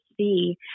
see